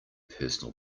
personal